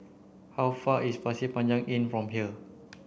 how far is Pasir Panjang Inn from here